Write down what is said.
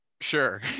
Sure